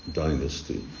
dynasty